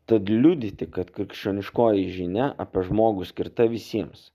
tad liudyti kad krikščioniškoji žinia apie žmogų skirta visiems